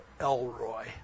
Elroy